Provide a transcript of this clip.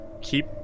keep